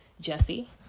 jesse